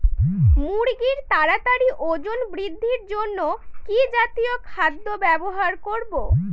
মুরগীর তাড়াতাড়ি ওজন বৃদ্ধির জন্য কি জাতীয় খাদ্য ব্যবহার করব?